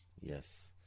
Yes